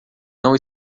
não